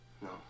No